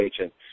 agent